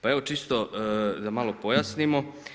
Pa evo čisto da malo pojasnimo.